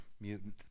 mutant